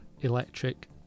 electric